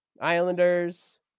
Islanders